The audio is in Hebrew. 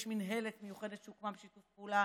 יש מינהלת מיוחדת שהוקמה בשיתוף פעולה